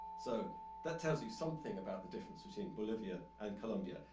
so that tells you something about the difference between bolivia and colombia,